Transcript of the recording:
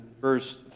verse